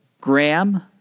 Graham